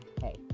hey